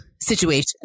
situation